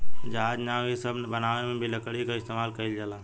जहाज, नाव इ सब बनावे मे भी लकड़ी क इस्तमाल कइल जाला